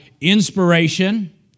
inspiration